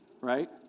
right